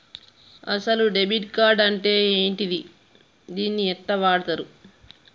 అసలు debit card అంటే ఏంటిది? దీన్ని ఎట్ల వాడుతరు?